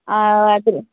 ஆ அது